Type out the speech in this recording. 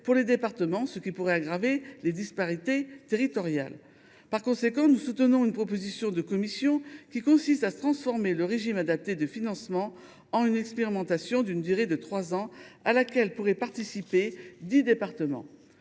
pour les départements, ce qui pourrait aggraver les disparités territoriales. Par conséquent, nous soutenons une proposition de la commission consistant à transformer le régime adapté de financement en une expérimentation d’une durée de trois ans, à laquelle pourraient participer dix départements.